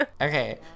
okay